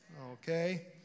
Okay